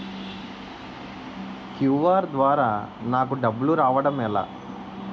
QR ద్వారా నాకు డబ్బులు రావడం ఎలా?